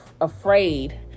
afraid